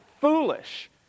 foolish